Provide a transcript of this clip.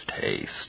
taste